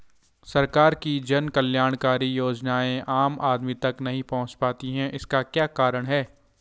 सरकार की जन कल्याणकारी योजनाएँ आम आदमी तक नहीं पहुंच पाती हैं इसका क्या कारण है?